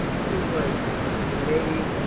just seems like. like maybe.